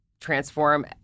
transform